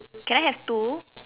can I have two